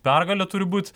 pergalė turi būt